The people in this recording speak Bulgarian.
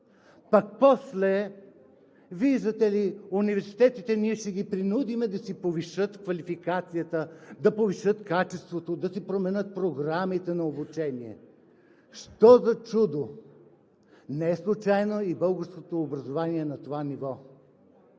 Пък после, виждате ли, университетите ние ще ги принудим да си повишат квалификацията, да повишат качеството, да си променят програмите на обучение.“ Що за чудо? Неслучайно и българското образование е на това ниво,